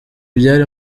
byari